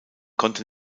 konnte